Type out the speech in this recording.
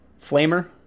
flamer